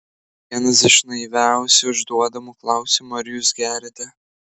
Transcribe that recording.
vienas iš naiviausių užduodamų klausimų ar jūs geriate